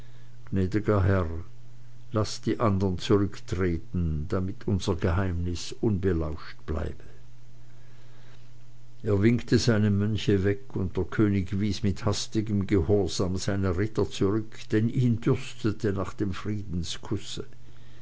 laßt die andern zurücktreten damit unser geheimnis unbelauscht bleibe er winkte seine mönche weg und der könig wies mit hastigem gehorsam seine ritter zurück denn ihn dürstete nach dem